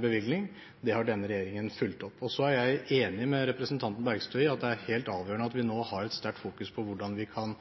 bevilgning. Det har denne regjeringen fulgt opp. Så er jeg enig med representanten Bergstø i at det er helt avgjørende at vi nå har et sterkt fokus på hvordan vi kan